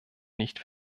nicht